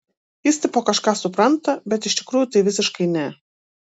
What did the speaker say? jis tipo kažką supranta bet iš tikrųjų tai visiškai ne